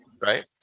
Right